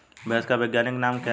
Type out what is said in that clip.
भैंस का वैज्ञानिक नाम क्या है?